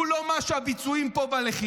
הוא לא הביצועים פה בלחימה.